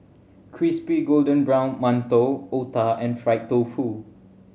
crispy golden brown mantou otah and fried tofu